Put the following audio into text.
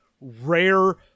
rare